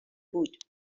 بود